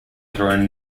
thrown